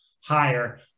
higher